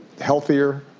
healthier